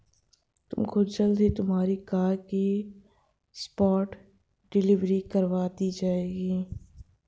तुमको जल्द ही तुम्हारी कार की स्पॉट डिलीवरी करवा दी जाएगी